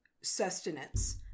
sustenance